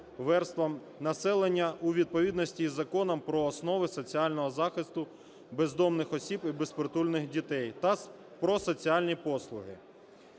верстам населення у відповідності із Законом "Про основи соціального захисту бездомних осіб і безпритульних дітей" та "Про соціальні послуги".